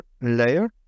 layer